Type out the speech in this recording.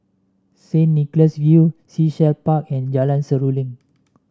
Saint Nicholas View Sea Shell Park and Jalan Seruling